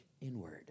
inward